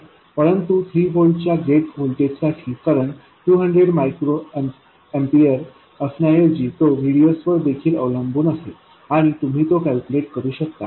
परंतु 3 व्होल्ट च्या gate voltage साठी करंट 200 मायक्रो एम्पीयर असण्या ऐवजी तो VDS वर देखील अवलंबून असेल आणि तुम्ही तो कॅल्क्युलेट करू शकता